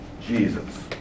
Jesus